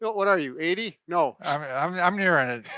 what are you, eighty, no. i mean i'm near and it,